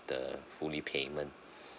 the fully payment